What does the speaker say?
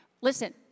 Listen